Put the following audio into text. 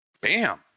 Bam